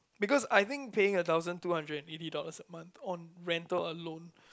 because I think paying a thousand two hundred and eighty dollars a month on rental alone